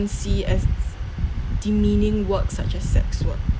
see as demeaning work such as sex work